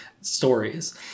stories